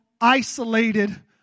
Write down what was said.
isolated